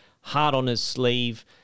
hard-on-his-sleeve